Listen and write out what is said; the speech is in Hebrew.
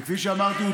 וכפי שאמרתי,